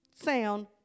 sound